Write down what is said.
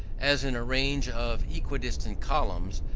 as in a range of equidistant columns,